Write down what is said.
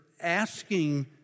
asking